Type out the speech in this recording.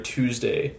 Tuesday